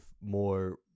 more